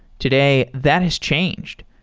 today, that has changed.